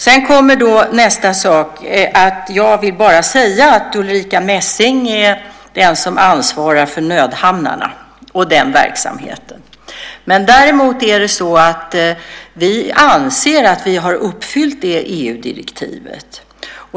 Sedan vill jag säga att Ulrica Messing är den som ansvarar för nödhamnarna och den verksamheten. Vi anser att vi har uppfyllt det EU-direktivet.